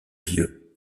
vieux